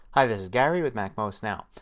hi this is gary with macmost now.